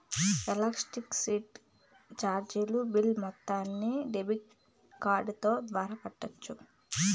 Electricity చార్జీలు bill మొత్తాన్ని debit card ద్వారా కట్టొచ్చా?